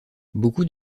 beaucoup